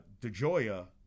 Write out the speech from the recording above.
DeJoya